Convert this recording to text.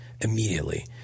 immediately